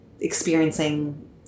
experiencing